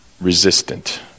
resistant